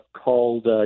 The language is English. called